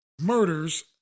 Murders